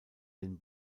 den